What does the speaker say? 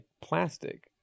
plastic